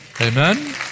Amen